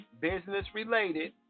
business-related